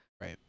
Right